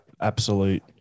absolute